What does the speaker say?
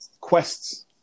quests